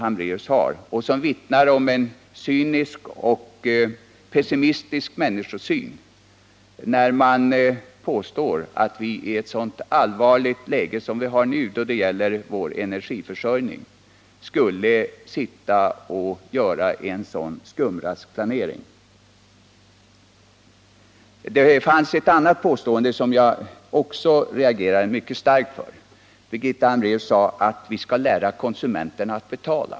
Det vittnar om en både cynisk och pessimistisk människosyn när hon påstår att vi, i ett så allvarligt läge som det vi nu har då det gäller vår energiförsörjning, skulle göra upp en sådan skumraskplanering. Det fanns också ett annat påstående som jag reagerade mycket starkt emot: Birgitta Hambraeus sade att vi skall lära konsumenterna att betala.